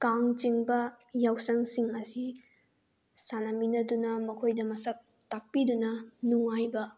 ꯀꯥꯡꯆꯤꯡꯕ ꯌꯥꯎꯁꯪꯁꯤꯡ ꯑꯁꯤ ꯁꯥꯟꯅꯃꯤꯟꯅꯗꯨꯅ ꯃꯈꯣꯏꯗ ꯃꯁꯛ ꯇꯥꯛꯄꯤꯗꯨꯅ ꯅꯨꯡꯉꯥꯏꯕ